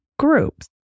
Groups